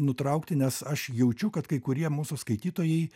nutraukti nes aš jaučiu kad kai kurie mūsų skaitytojai